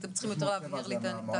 שאתם צריכים יותר להבהיר לי את העניין.